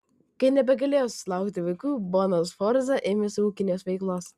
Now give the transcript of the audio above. kai nebegalėjo susilaukti vaikų bona sforza ėmėsi ūkinės veiklos